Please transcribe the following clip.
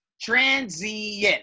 transient